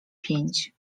pięć